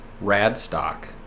Radstock